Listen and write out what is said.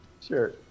sure